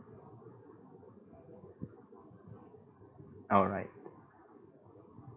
alright